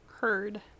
heard